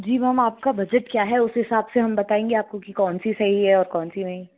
जी ma'am आप का budget क्या है उस हिसाब से हम बताएंगे आप को कि कौन सी सही हैं और कौन सी नहीं